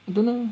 I don't know